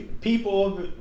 People